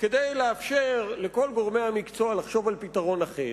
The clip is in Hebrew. כדי לאפשר לכל גורמי המקצוע לחשוב על פתרון אחר,